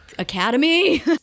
Academy